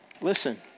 Listen